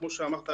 כמו שאמרת,